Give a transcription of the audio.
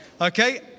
Okay